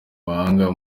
mahanga